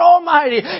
Almighty